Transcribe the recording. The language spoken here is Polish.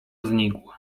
znikł